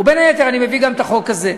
ובין היתר אני מביא את החוק הזה,